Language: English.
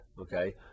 okay